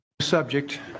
Subject